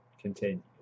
Continue